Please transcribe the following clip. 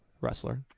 wrestler